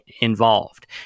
involved